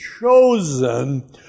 chosen